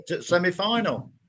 semi-final